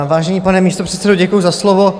Vážený pane místopředsedo, děkuju za slovo.